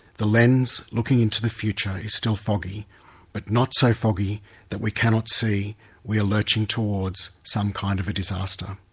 the lens looking into the future is still foggy but not so foggy that we cannot see we are lurching towards some kind of a disaster.